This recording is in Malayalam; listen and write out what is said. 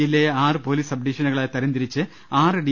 ജില്ലയെ ആറ് പൊലീസ് സബ് ഡിപ്പിഷനുകളായി തരംതിരിച്ച് ആറ് ഡി